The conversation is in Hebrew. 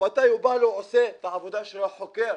מתי שבא לו, עושה את העבודה שלו, החוקר.